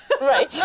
Right